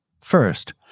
First